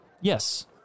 Yes